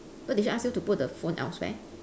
so did she ask you to put the phone elsewhere